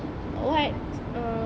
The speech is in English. what ah